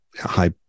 high